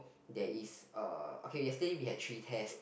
there is a okay yesterday we had three tests